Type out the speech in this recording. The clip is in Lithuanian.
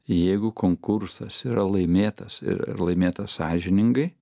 jeigu konkursas yra laimėtas ir laimėtas sąžiningai